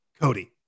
Cody